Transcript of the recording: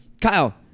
Kyle